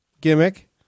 gimmick